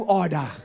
order